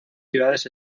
ciudades